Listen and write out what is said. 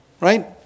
right